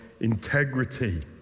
integrity